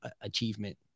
achievement